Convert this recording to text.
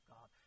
God